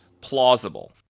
plausible